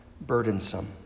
burdensome